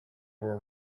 were